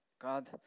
God